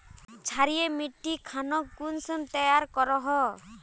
क्षारी मिट्टी खानोक कुंसम तैयार करोहो?